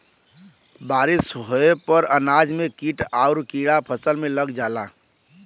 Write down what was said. बारिस होये पर अनाज में कीट आउर कीड़ा फसल में लग जाला